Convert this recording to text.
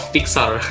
Pixar